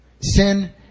Sin